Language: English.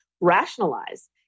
rationalize